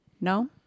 No